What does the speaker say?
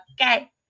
Okay